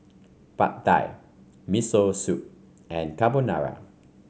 Pad Thai Miso Soup and Carbonara